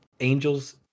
Angel's